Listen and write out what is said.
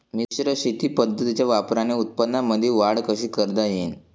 मिश्र शेती पद्धतीच्या वापराने उत्पन्नामंदी वाढ कशी करता येईन?